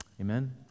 Amen